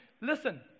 listen